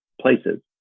places